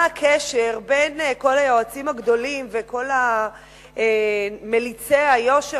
מה הקשר בין כל היועצים הגדולים וכל מליצי היושר